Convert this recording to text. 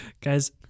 Guys